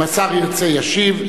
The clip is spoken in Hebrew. אם השר ירצה ישיב,